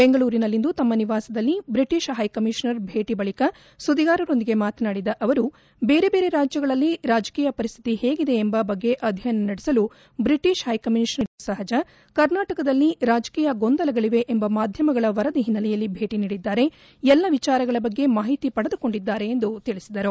ಬೆಂಗಳೂರಿನಲ್ಲಿಂದು ತಮ್ಮ ನಿವಾಸದಲ್ಲಿ ಬ್ರಿಟಿಷ್ ಹೈಕಮಿಶನರ್ ಬೇಟ ಬಳಿಕ ಸುದ್ದಿಗಾರರೊಂದಿಗೆ ಮಾತನಾಡಿದ ಅವರು ಬೇರೆ ಬೇರೆ ರಾಜ್ಯಗಳಲ್ಲಿ ರಾಜಕೀಯ ಪರಿಸ್ಥಿತಿ ಹೇಗಿದೆ ಎಂಬ ಬಗ್ಗೆ ಅಧ್ಯಯನ ನಡೆಸಲು ಬ್ರಿಟಿಷ್ ಹೈ ಕಮಿಶನರ್ ಭೇಟ ನೀಡುವುದು ಸಹಜ ಕರ್ನಾಟಕದಲ್ಲಿ ರಾಜಕೀಯ ಗೊಂದಲಗಳಿವೆ ಎಂಬ ಮಾಧ್ಯಮಗಳ ವರದಿ ಹಿನ್ನಲೆಯಲ್ಲಿ ಬೇಟ ನೀಡಿದ್ದಾರೆ ಎಲ್ಲ ವಿಚಾರಗಳ ಬಗ್ಗೆ ಮಾಹಿತಿ ಪಡೆದು ಕೊಂಡಿದ್ದಾರೆ ಎಂದು ತಿಳಿಸಿದರು